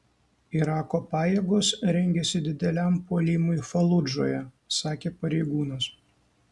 irako pajėgos rengiasi dideliam puolimui faludžoje sakė pareigūnas